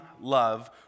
love